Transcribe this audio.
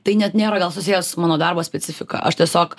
tai net nėra gal susiję su mano darbo specifika aš tiesiog